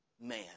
man